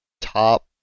top